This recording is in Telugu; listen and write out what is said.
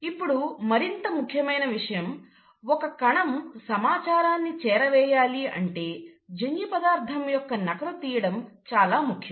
ఇప్పుడు మరింత ముఖ్యమైన విషయం ఒక కణం సమాచారాన్ని చేరవేయాలి అంటే జన్యు పదార్థం యొక్క నకలు తీయడం చాలా ముఖ్యం